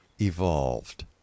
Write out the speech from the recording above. evolved